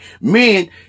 men